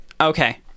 Okay